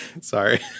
Sorry